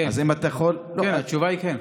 כן, התשובה היא כן.